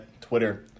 Twitter